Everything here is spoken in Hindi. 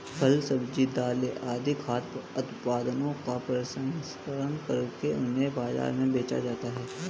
फल, सब्जी, दालें आदि खाद्य उत्पादनों का प्रसंस्करण करके उन्हें बाजार में बेचा जाता है